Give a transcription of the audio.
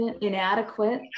Inadequate